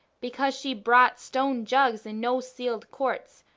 because she brought stone jugs and no seal'd quarts.